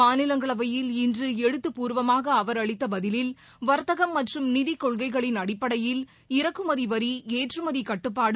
மாநிலங்களவையில் இன்று எழுத்துப்பூர்வமாக அவர் அளித்த பதிலில் வர்த்தகம் மற்றும் நிதிக் கொள்கைகளின் அடிப்படையில் இறக்குமதி வரி ஏற்றுமதி கட்டுப்பாடு